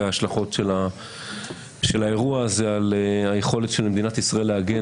ההשלכות של האירוע הזה על היכולת של מדינת ישראל להגן